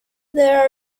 there